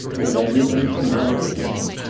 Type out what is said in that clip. did i do anything wrong to him?